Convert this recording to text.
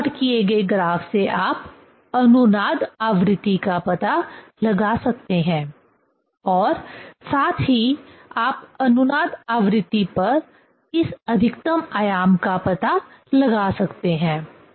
उस प्लॉट किए गए ग्राफ से आप अनुनाद आवृत्ति का पता लगा सकते हैं और साथ ही आप अनुनाद आवृत्ति पर इस अधिकतम आयाम का पता लगा सकते हैं